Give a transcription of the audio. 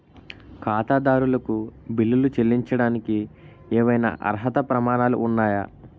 ఖాతాదారులకు బిల్లులు చెల్లించడానికి ఏవైనా అర్హత ప్రమాణాలు ఉన్నాయా?